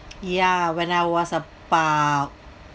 ya when I was about